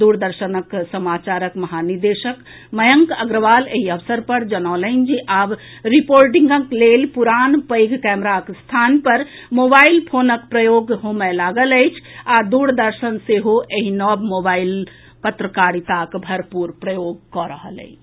दूरदर्शन समाचारक महानिदेशक मयंक अग्रवाल एहि अवसर पर जनौलनि जे आब रिपोर्टिंगक लेल पुरान पैघ कैमराक स्थान पर मोबाइल फोनक प्रयोग होमय लागल अछि आ दूरदर्शन सेहो एहि नव मोबाइल पत्रकारिताक भरपूर प्रयोग कऽ रहल अछि